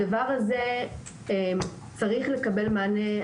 הדבר הזה צריך לקבל מענה.